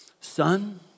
son